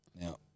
Now